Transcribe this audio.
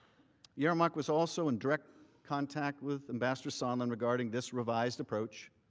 yermak was also in direct contact with ambassador sondland regarding this revised approach.